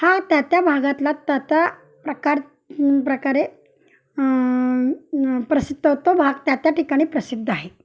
हा त्या त्या भागातला त्या त्या प्रकार प्रकारे प्रसिद्ध तो भाग त्या त्या ठिकाणी प्रसिद्ध आहेत